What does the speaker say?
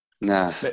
Nah